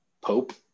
Pope